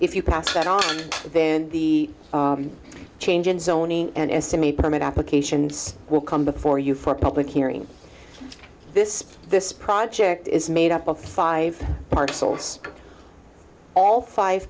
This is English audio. if you pass that on then the change in zoning and estimate permit applications will come before you for public hearing this this project is made up of five parcels all five